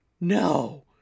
No